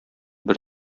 бер